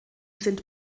sind